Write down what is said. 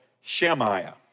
Shemaiah